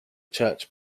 church